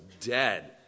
dead